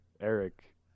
Eric